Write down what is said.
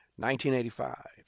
1985